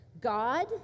God